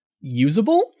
usable